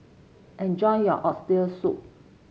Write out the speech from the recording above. enjoy your Oxtail Soup